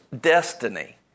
destiny